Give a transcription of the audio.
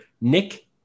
Nick